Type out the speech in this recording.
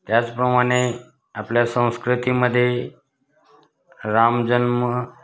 त्याचप्रमाणे आपल्या संस्कृतीमध्ये रामजल्म